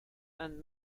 and